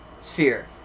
sphere